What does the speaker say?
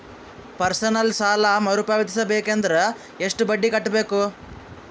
Personal ಸಾಲ ಮರು ಪಾವತಿಸಬೇಕಂದರ ಎಷ್ಟ ಬಡ್ಡಿ ಕಟ್ಟಬೇಕು?